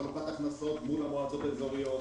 חלוקת הכנסות מול המועצות האזוריות.